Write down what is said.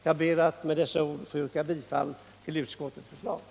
Jag ber att med dessa ord få yrka bifall till utskottets hemställan.